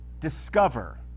discover